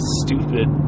stupid